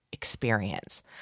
Experience